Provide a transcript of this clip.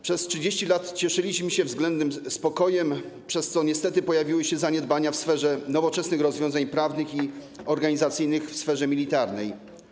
Przez 30 lat cieszyliśmy się względnym spokojem, przez co niestety pojawiły się zaniedbania w obszarze nowoczesnych rozwiązań prawnych i organizacyjnych w sferze militarnej.